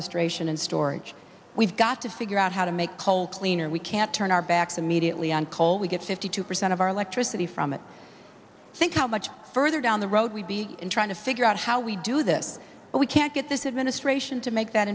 sequestration and storage we've got to figure out how to make coal cleaner we can't turn our backs immediately on coal we get fifty two percent of our electricity from it think how much further down the road we'd be in trying to figure out how we do this but we can't get this administration to make that